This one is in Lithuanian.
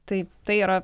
taip tai yra